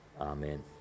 Amen